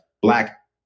Black